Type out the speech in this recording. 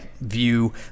view